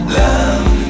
love